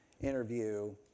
interview